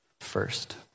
First